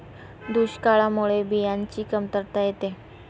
दुष्काळामुळे बियाणांची कमतरता येते